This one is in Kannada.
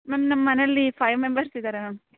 ಮ್ಯಾಮ್ ನಮ್ಮ ಮನೆಯಲ್ಲಿ ಫೈಯ್ ಮೆಂಬರ್ಸ್ ಇದ್ದಾರೆ ಮ್ಯಾಮ್